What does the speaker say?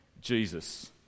Jesus